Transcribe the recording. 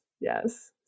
yes